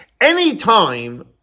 Anytime